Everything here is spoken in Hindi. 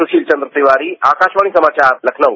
सुशील चंद्र तिवारी आकाशवाणी समाचार लखनऊ